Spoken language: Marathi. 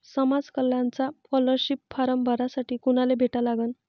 समाज कल्याणचा स्कॉलरशिप फारम भरासाठी कुनाले भेटा लागन?